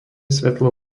svetlo